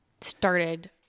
started